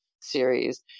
series